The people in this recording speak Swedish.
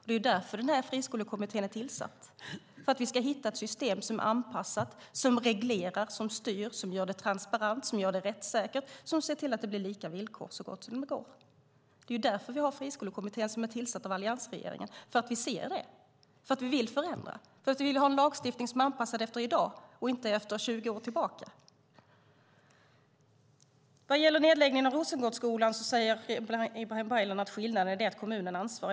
Det var därför Friskolekommittén tillsattes för att hitta ett system som är anpassat, som är reglerat, som styr, som är transparent, som är rättssäkert, som ser till att det blir lika villkor så gott som det går. Friskolekommittén är tillsatt av alliansregeringen för att vi vill förändra och för att vi vill ha en lagstiftning som är anpassad efter situationen i dag och inte efter situationen 20 år tillbaka. Vad gäller nedläggningen av Rosengårdsskolan säger Ibrahim Baylan att skillnaden är att kommunen har ansvar.